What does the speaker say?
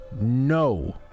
no